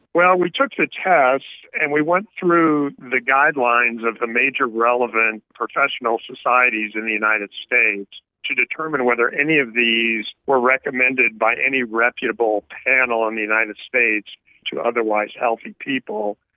well, we took the tests and we went through the guidelines of the major relevant professional societies in the united states to determine whether any of these were recommended by any reputable panel in the united states to otherwise healthy people,